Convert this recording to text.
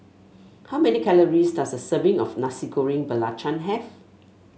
how many calories does a serving of Nasi Goreng Belacan have